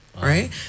right